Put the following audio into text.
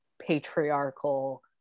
patriarchal